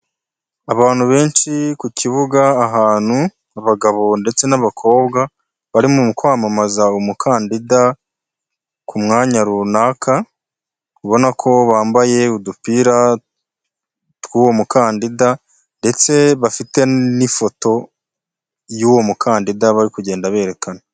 Abantu benshi ku kibuga ahantu abagabo ndetse n'abakobwa, bari mu kwamamaza umukandida ku mwanya runaka, ubona ko bambaye udupira tw'uwo mukandida ndetse bafite n'ifoto y'uwo mukandida bari kugenda berekana.